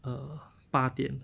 err 八点